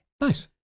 Nice